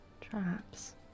traps